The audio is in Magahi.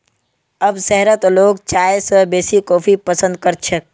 अब शहरत लोग चाय स बेसी कॉफी पसंद कर छेक